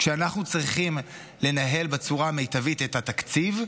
כשאנחנו צריכים לנהל בצורה המיטבית את התקציב,